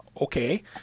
okay